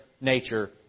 nature